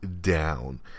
down